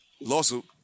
lawsuit